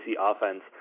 offense